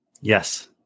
Yes